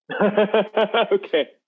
Okay